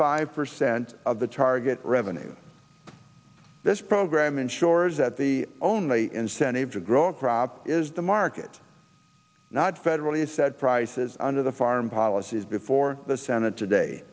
five percent of the target revenues this program ensures that the only incentive to grow crops is the market not federal he said prices under the foreign policies before the senate today